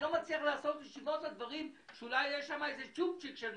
אני לא מצליח לעשות ישיבות על דברים שאולי יש שם צ'ופצ'יק של מחלוקת.